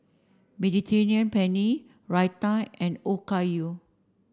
Mediterranean Penne Raita and Okayu